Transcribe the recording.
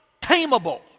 tameable